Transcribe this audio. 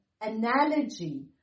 analogy